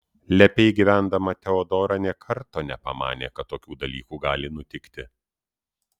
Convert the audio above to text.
lepiai gyvendama teodora nė karto nepamanė kad tokių dalykų gali nutikti